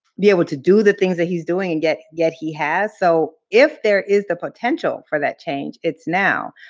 be able to do the things that he's doing, and yet yet he has. so, if there is the potential for that change, it's now.